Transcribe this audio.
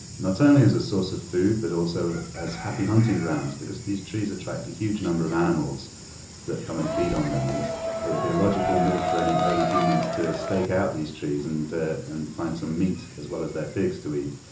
not so only as a source of food, but also as happy hunting grounds because these trees attract a huge number of animals that come and feed on them. and it would be a logical move for any early humans to stake out these trees and and find some meat as well as their figs to eat.